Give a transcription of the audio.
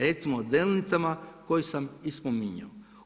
Recimo Delnicama koje sam i spominjao.